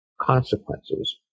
consequences